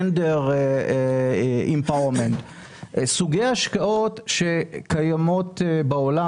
סוגי השקעות שקיימות בעולם.